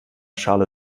schale